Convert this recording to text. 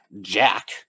jack